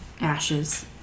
ashes